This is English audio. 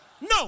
No